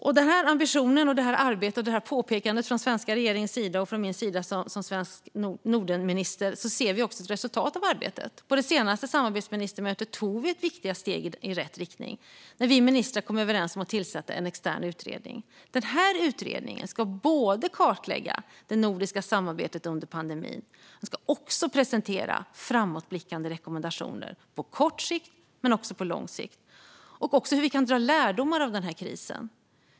Av denna ambition, detta arbete och detta påpekande från den svenska regeringens sida och från min sida som svensk Nordenminister ser vi också ett resultat: På det senaste samarbetsministermötet tog vi viktiga steg i rätt riktning när vi ministrar kom överens om att tillsätta en extern utredning. Den här utredningen ska både kartlägga det nordiska samarbetet under pandemin och presentera framåtblickande rekommendationer på kort sikt men också på lång sikt. Det handlar också om hur vi kan dra lärdomar av krisen.